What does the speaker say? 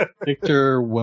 Victor